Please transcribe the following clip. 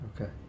Okay